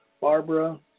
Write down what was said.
Barbara